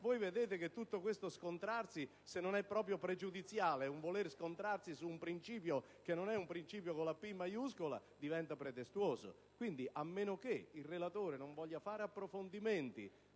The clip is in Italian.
vedrete che tutto questo scontrarsi, se non è proprio pregiudiziale, è un voler scontrarsi su un principio che non è un principio con la «P» maiuscola; quindi diventa pretestuoso. A meno che il relatore non voglia svolgere ulteriori approfondimenti,